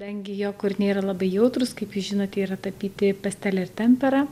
kadangi jo kūriniai yra labai jautrūs kaip jūs žinote yra tapyti pastele ir tempera